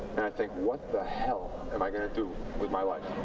and i think, what the hell am i going to do with my life?